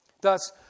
Thus